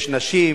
יש נשים,